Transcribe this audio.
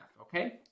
okay